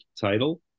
title